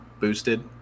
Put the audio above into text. boosted